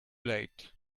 late